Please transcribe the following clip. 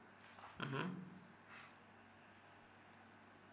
mmhmm